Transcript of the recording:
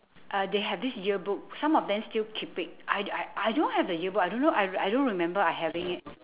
uh they have this yearbook some of them still keep it I d~ I don't have the yearbook I don't know I I don't remember I having it